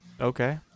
Okay